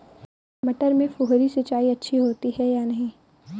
मटर में फुहरी सिंचाई अच्छी होती है या नहीं?